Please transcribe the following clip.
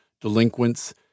delinquents